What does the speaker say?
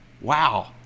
Wow